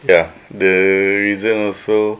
ya the reason also